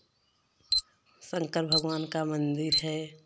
शंकर भगवान का मंदिर है